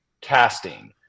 casting